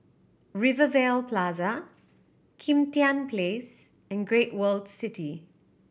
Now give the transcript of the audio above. Rivervale Plaza Kim Tian Place and Great World City